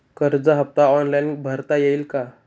कर्ज हफ्ता ऑनलाईन भरता येईल का?